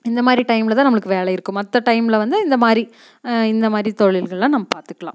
இந்த மாதிரி டைமில் தான் நம்மளுக்கு வேலை இருக்கும் மற்ற டைமில் வந்து இந்த மாதிரி இந்த மாதிரி தொழில்கள்லாம் நம்ம பார்த்துக்லாம்